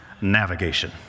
navigation